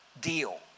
deal